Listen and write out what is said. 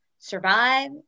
Survive